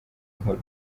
nkuru